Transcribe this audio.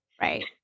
right